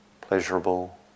Pleasurable